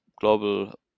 global